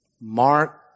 Mark